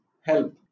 help